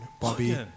Bobby